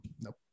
Nope